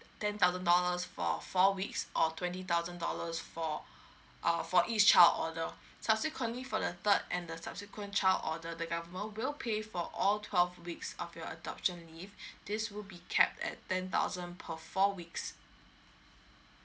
ten thousand dollars for four weeks or twenty thousand dollars for err for each child order subsequently for the third and the subsequent child order the government will pay for all twelve weeks of your adoption leave this will be capped at ten thousand per four weeks